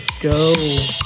go